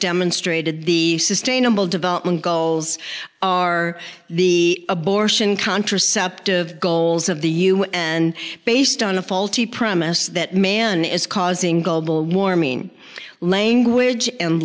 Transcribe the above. demonstrated the sustainable development goals are the abortion contraceptive goals of the u n and based on a faulty premise that man is causing global warming language and